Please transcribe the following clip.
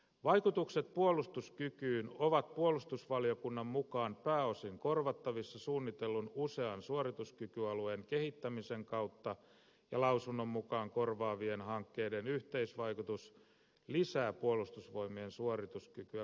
vaikutukset puolustuskykyyn ovat puolustusvaliokunnan mukaan pääosin korvattavissa suunnitellun usean suorituskykyalueen kehittämisen kautta ja lausunnon mukaan korvaavien hankkeiden yhteisvaikutus lisää puolustusvoimien suorituskykyä kokonaisuutena